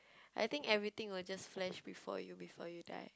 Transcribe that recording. I think everything will just flash before you before you die